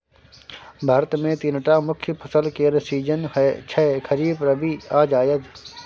भारत मे तीनटा मुख्य फसल केर सीजन छै खरीफ, रबी आ जाएद